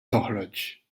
toħroġ